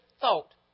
thought